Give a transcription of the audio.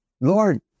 Lord